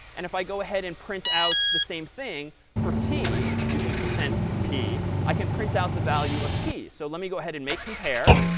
and if i go ahead and print out the same thing for t using percent p, i can print out the value of t. so let me go ahead and make compare.